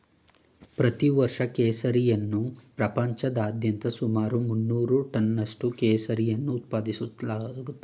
ಪ್ರತಿ ವರ್ಷ ಕೇಸರಿಯನ್ನ ಪ್ರಪಂಚಾದ್ಯಂತ ಸುಮಾರು ಮುನ್ನೂರು ಟನ್ನಷ್ಟು ಕೇಸರಿಯನ್ನು ಉತ್ಪಾದಿಸಲಾಗ್ತಿದೆ